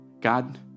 God